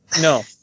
No